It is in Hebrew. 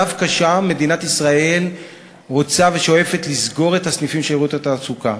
דווקא בהם מדינת ישראל רוצה ושואפת לסגור את הסניפים של שירות התעסוקה.